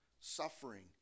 suffering